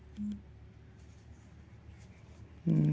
రైతులు వరి పంటను కోసిన తర్వాత ఎండలో ఆరబెడుతరు ఎందుకు?